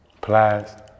Plies